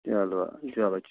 چلو آ چلو ٹھیٖک